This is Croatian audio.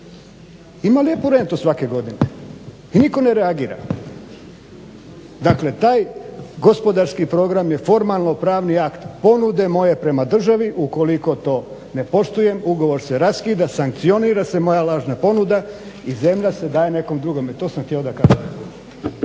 Ima lijepu rentu svake godine i nitko ne reagira. Dakle, taj gospodarski program je formalno-pravni akt ponude moje prema državi, ukoliko to ne poštujem ugovor se raskida, sankcionira se moja lažna ponuda i zemlja se daje nekom drugome. To sam htio da kažem.